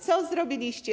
Co zrobiliście?